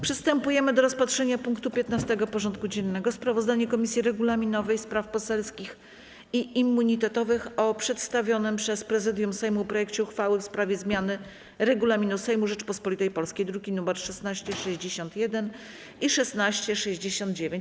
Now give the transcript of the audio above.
Przystępujemy do rozpatrzenia punktu 15. porządku dziennego: Sprawozdanie Komisji Regulaminowej, Spraw Poselskich i Immunitetowych o przedstawionym przez Prezydium Sejmu projekcie uchwały w sprawie zmiany Regulaminu Sejmu Rzeczypospolitej Polskiej (druki nr 1661 i 1669)